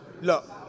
look